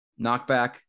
Knockback